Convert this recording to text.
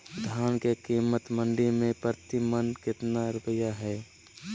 धान के कीमत मंडी में प्रति मन कितना रुपया हाय?